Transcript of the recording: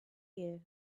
ear